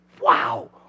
wow